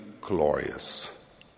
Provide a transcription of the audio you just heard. glorious